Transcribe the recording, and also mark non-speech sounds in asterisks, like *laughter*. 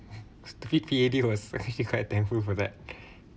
*laughs* stupid P_A_D was actually quite thankful for that *laughs*